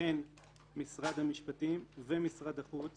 וכן משרד המשפטים ומשרד החוץ